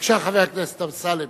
בבקשה, חבר הכנסת אמסלם.